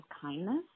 kindness